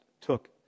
took